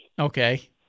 Okay